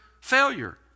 failure